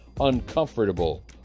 uncomfortable